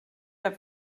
der